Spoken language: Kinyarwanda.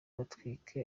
batwika